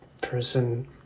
person